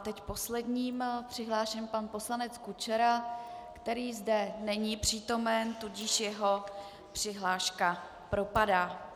Teď posledním přihlášeným je pan poslanec Kučera, který zde není přítomen, tudíž jeho přihláška propadá.